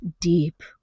deep